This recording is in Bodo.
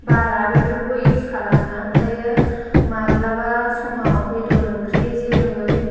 बाला बेफोरखौबो इउस खालामो आमफ्रायो माब्लाबा समाव बेदर ओंख्रि जेरै